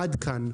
עד כאן,